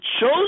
chose